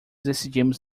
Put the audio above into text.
decidimos